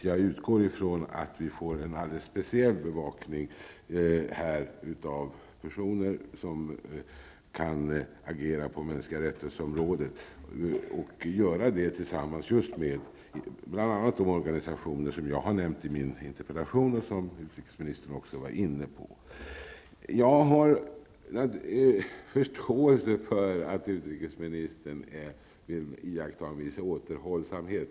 Jag utgår från att vi här får en alldeles speciell bevakning utförd av personer som kan agera på området mänskliga rättigheter och göra det tillsammans just med de organisationer som jag har nämnt i min interpellation och som även utrikesministern var inne på. Jag har förståelse för att utrikesministern vill iaktta en viss återhållsamhet.